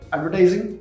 Advertising